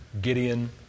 Gideon